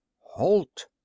Halt